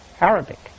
Arabic